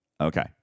Okay